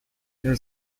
there